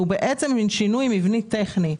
הוא בעצם שינוי מבני טכני,